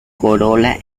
corola